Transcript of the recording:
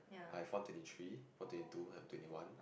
I have one twenty three one twenty two and twenty one